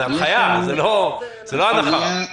זו הנחיה, זו לא הנחה.